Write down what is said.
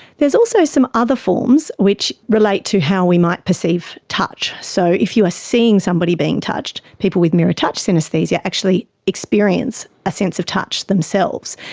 there's also some other forms which relate to how we might perceive touch. so if you are ah seeing somebody being touched people with mirror touch synaesthesia actually experience a sense of touch themselves.